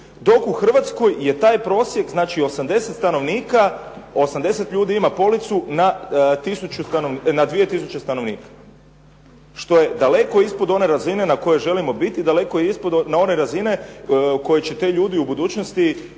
dok u Hrvatskoj je taj prosjek, znači 80 stanovnika 80 ljudi ima policu na 2 tisuće stanovnika. Što je daleko ispod one razine na kojoj želimo biti, daleko ispod one razine koju će ti ljudi u budućnosti